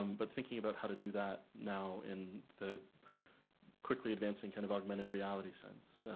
um but thinking about how to do that now in the quickly advancing kind of augmented reality sense,